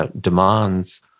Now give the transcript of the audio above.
demands